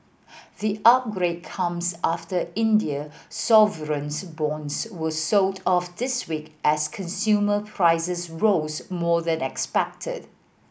the upgrade comes after India sovereign bonds were sold off this week as consumer prices rose more than expected